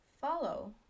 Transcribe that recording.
Follow